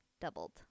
Doubled